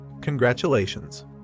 Congratulations